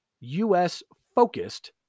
U.S.-focused